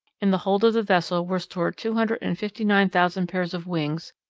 in the hold of the vessel were stored two hundred and fifty-nine thousand pairs of wings,